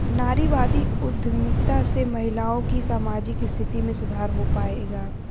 नारीवादी उद्यमिता से महिलाओं की सामाजिक स्थिति में सुधार हो पाएगा?